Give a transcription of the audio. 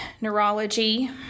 neurology